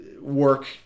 work